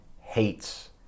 hates